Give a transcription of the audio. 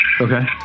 Okay